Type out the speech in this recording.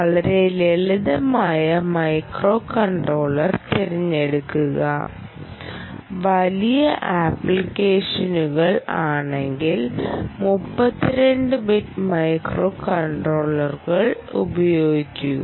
വളരെ ലളിതമായ മൈക്രോകൺട്രോളർ തിരഞ്ഞെടുക്കുക വലിയ ആപ്ലിക്കേഷനുകൾ ആണെങ്കിൽ 32 ബിറ്റ് മൈക്രോകൺട്രോളറുകൾ ഉപയോഗിക്കുക